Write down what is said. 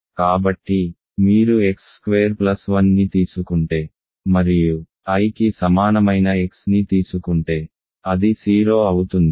కాబట్టి మీరు x square plus 1 ని తీసుకుంటే మరియు i కి సమానమైన x ని తీసుకుంటే అది 0 అవుతుంది